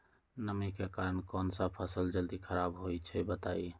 नमी के कारन कौन स फसल जल्दी खराब होई छई बताई?